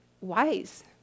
wise